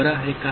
बरं आहे का